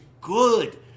good